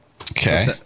Okay